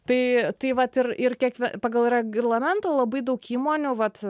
tai tai vat ir ir kiek pagal reglamentą labai daug įmonių vat